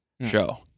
show